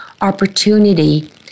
opportunity